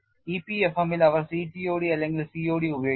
EPFM ൽ അവർ CTOD അല്ലെങ്കിൽ COD ഉപയോഗിക്കുന്നു